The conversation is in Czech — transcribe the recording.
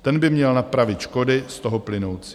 Ten by měl napravit škody z toho plynoucí.